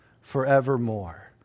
forevermore